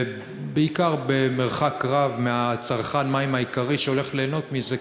ובעיקר במרחק רב מצרכן המים העיקרי שהולך ליהנות מזה,